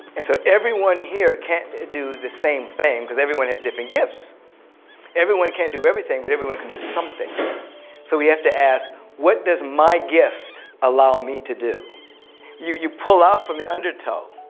and so everyone here can't do the same thing because everyone has different gifts everyone can't do everything but everyone can do something so we have to ask what does my gift allow me to do you you pull out from the undertow?